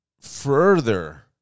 further